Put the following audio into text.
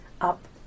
up